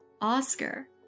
Oscar